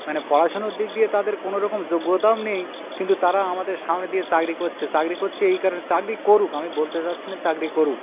মানে পড়াশোনার দিক দিয়ে তাদের কোন রকম যোগ্যতাও নেই কিন্তু তারা আমাদের সামনে দিয়ে চাকরি করছে চাকরি করছে এই কারণে চাকরি করুক আমি বলতে চাইছি না চাকরি করুক